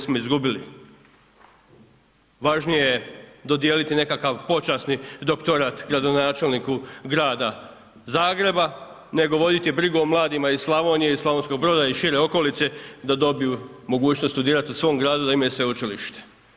smo izgubili, važnije je dodijeliti nekakav počasni doktorat gradonačelniku Grada Zagreba, nego voditi brigu o mladima iz Slavonije i Slavonskog Broda i šire okolice da dobiju mogućnost studirat u svom gradu da imaju sveučilište.